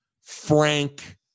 Frank